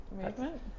movement